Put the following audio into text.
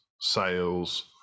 sales